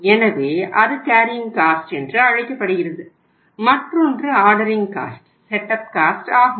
எனவே அது carrying cost ஆகும்